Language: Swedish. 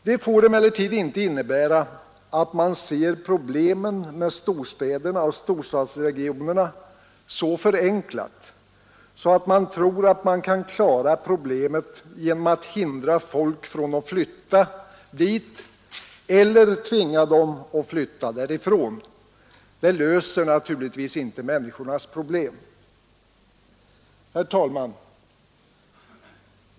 Det får emellertid inte innebära att man ser problemet med storstäderna och storstadsregionerna så förenklat att man tror man kan klara problemet genom att hindra folk från att flytta dit eller tvinga dem att flytta därifrån, Det löser naturligtvis inte människornas problem. Herr talman!